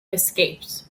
escapes